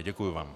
Děkuji vám.